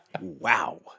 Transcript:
wow